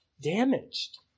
damaged